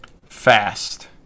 Fast